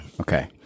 Okay